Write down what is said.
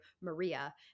Maria